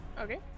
Okay